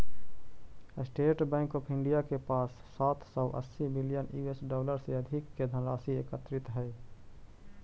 state Bank of India के पास सात सौ अस्सी बिलियन यूएस डॉलर से अधिक के धनराशि एकत्रित हइ